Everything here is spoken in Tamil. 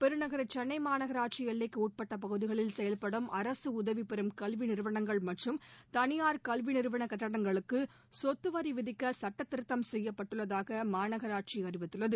பெருநகர சென்னை மாநகராட்சி எல்லைக்கு உட்பட்ட பகுதிகளில் செயல்படும் அரசு உதவி பெறும் கல்வி நிறுவனங்கள் மற்றும் தனியார் கல்வி நிறுவன கட்டடங்களுக்கு சொத்து வரிவிதிக்க சட்டத்திருத்தம் செய்யப்பட்டுள்ளதாக மாநகராட்சி அறிவித்துள்ளது